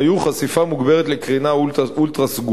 היו: חשיפה מוגברת לקרינה אולטרה-סגולה,